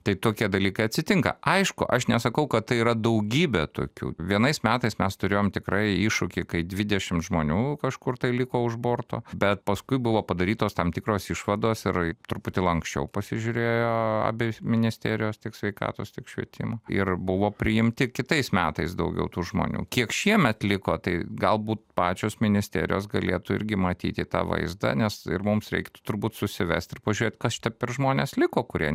tai tokie dalykai atsitinka aišku aš nesakau kad tai yra daugybė tokių vienais metais mes turėjom tikrai iššūkį kai dvidešim žmonių kažkur tai liko už borto bet paskui buvo padarytos tam tikros išvados ir truputį lanksčiau pasižiūrėjo a abi ministerijos tiek sveikatos tiek švietimo ir buvo priimti kitais metais daugiau tų žmonių kiek šiemet liko tai galbūt pačios ministerijos galėtų irgi matyti tą vaizdą nes ir mums reiktų turbūt susivest ir pažiūrėt kas tie per žmonės liko kurie